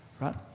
right